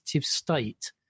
state